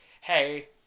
hey